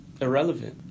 Irrelevant